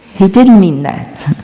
he didn't mean that.